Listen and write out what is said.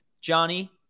Johnny